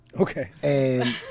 okay